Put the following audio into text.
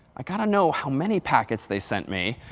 i've got to know how many packets they sent me,